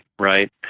right